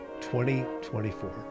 2024